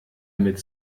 mit